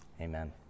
Amen